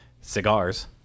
Cigars